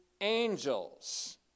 Angels